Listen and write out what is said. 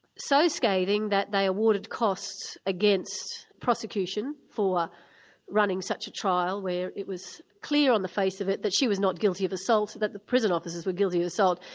so scathing that they awarded costs against prosecution for running such a trial where it was clear on the face of it that she was not guilty of assault, that the prison officers were guilty of assault,